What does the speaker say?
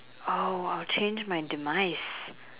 oh I'll change my demise